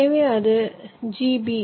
எனவே அது g b